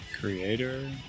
Creator